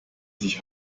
sich